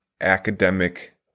academic